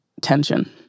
tension